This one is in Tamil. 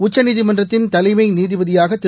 உச்சநீதிமன்றத்தின் தலைமை நீதிபதியாகதிரு